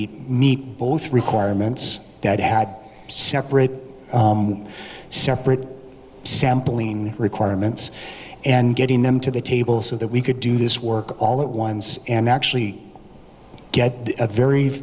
beat meet both requirements that had separate separate sampling requirements and getting them to the table so that we could do this work all at once and actually get a very